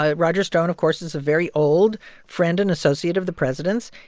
ah roger stone, of course, is a very old friend and associate of the president's.